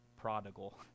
prodigal